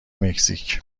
مکزیک